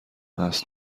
هست